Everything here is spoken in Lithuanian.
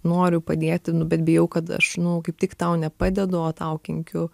noriu padėti nu bet bijau kad aš nu kaip tik tau nepadedu o tau kenkiu